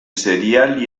cereal